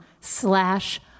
slash